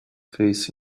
face